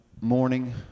morning